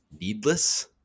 needless